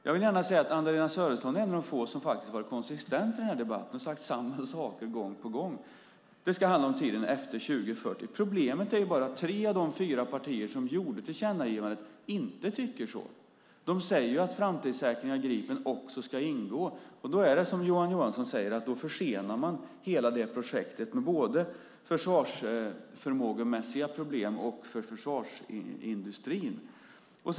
Jag vill gärna säga att Anna-Lena Sörenson är en av de få som faktiskt har varit konsistent i den här debatten och sagt samma saker gång på gång. Det ska handla om tiden efter 2040. Problemet är bara att tre av de fyra partier som gjorde tillkännagivandet inte tycker så. De säger ju att framtidssäkringen av Gripen också ska ingå. Då försenar man, som Johan Johansson säger, hela det projektet, med både försvarsförmågemässiga problem och problem för försvarsindustrin som följd.